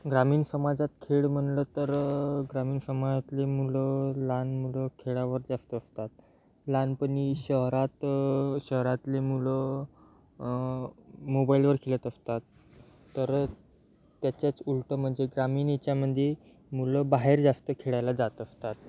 ग्रामीण समाजात खेळ म्हणलं तर ग्रामीण समाजातली मुलं लहान मुलं खेळावर जास्त असतात लहानपणी शहरात शहरातली मुलं मोबाईलवर खेळत असतात तर त्याच्याच उलटं म्हणजे ग्रामीण याच्यामध्ये मुलं बाहेर जास्त खेळायला जात असतात